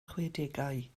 chwedegau